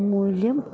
മൂല്യം